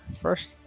first